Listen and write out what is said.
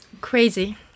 Crazy